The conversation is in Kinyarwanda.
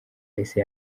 yahise